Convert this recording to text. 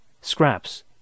scraps